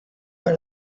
one